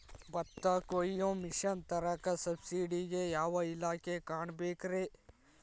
ಭತ್ತ ಕೊಯ್ಯ ಮಿಷನ್ ತರಾಕ ಸಬ್ಸಿಡಿಗೆ ಯಾವ ಇಲಾಖೆ ಕಾಣಬೇಕ್ರೇ?